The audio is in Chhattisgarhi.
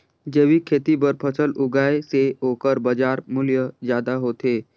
जैविक खेती बर फसल उगाए से ओकर बाजार मूल्य ज्यादा होथे